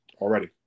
already